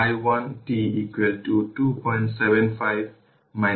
তাই v 2 v 2 t vt v 1 t vt আগে গণনা করেছে 50 e পাওয়ার 10 t এবং v 1 t 20 e পাওয়ার 10 t এর সমান